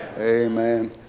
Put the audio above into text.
Amen